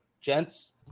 gents